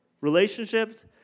relationships